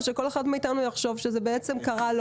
שכל אחד מאיתנו יחשוב שזה בעצם קרה לו